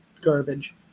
garbage